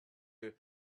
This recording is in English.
you